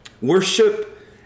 Worship